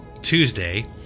Tuesday